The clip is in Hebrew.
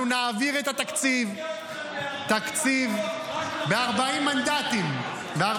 אנחנו נעביר את התקציב --- עזוב --- ל-40 מכות,